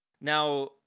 Now